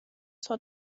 zur